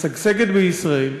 משגשגת בישראל,